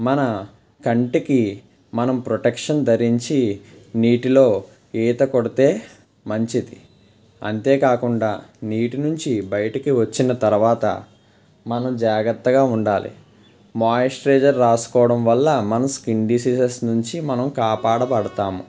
మన కంటికి మనం ప్రొటెక్షన్ ధరించి నీటిలో ఈత కొడితే మంచిది అంతేకాకుండా నీటి నుంచి బయటికి వచ్చిన తర్వాత మనం జాగ్రత్తగా ఉండాలి మాయిశ్చరైజర్ రాసుకోవడం వల్ల మన స్కిన్ డిసీజెస్ నుంచి మనం కాపాడబడతాము